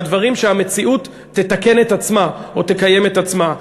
שהמציאות תתקן את עצמה או תקיים את עצמה.